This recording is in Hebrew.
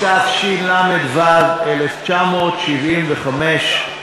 התשל"ו 1975,